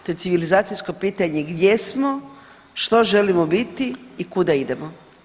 To je civilizacijsko pitanje gdje smo, što želimo biti i kuda idemo.